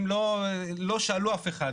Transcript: אם לא שאלו אף אחד,